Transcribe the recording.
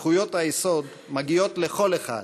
זכויות היסוד מגיעות לכל אחד,